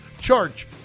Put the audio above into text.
Charge